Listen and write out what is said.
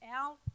Al